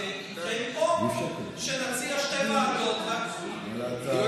שנציע שתי ועדות, חבר